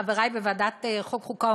חברי בוועדת החוקה,